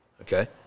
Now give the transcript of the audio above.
Okay